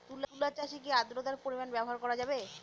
তুলা চাষে কি আদ্রর্তার পরিমাণ ব্যবহার করা যাবে?